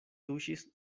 tuŝis